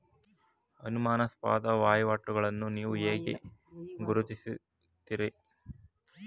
ಅನುಮಾನಾಸ್ಪದ ವಹಿವಾಟುಗಳನ್ನು ನೀವು ಹೇಗೆ ಗುರುತಿಸುತ್ತೀರಿ?